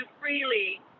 freely